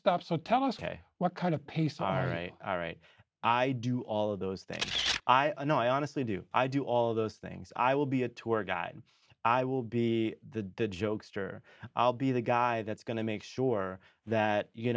stop so tell us what kind of pace all right all right i do all of those things i know i honestly do i do all those things i will be a tour guide i will be the jokester i'll be the guy that's going to make sure that you